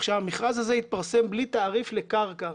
המכרז הזה התפרסם בלי תעריף לקרקע.